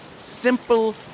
simple